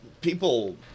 people